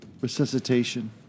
resuscitation